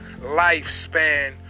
lifespan